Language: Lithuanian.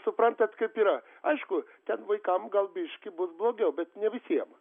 suprantat kaip yra aišku ten vaikam gal biškį bus blogiau bet ne visiem